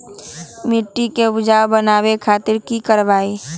मिट्टी के उपजाऊ बनावे खातिर की करवाई?